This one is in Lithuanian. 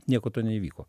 nieko to neįvyko